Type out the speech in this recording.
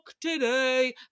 today